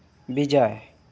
Bijoy